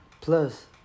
Plus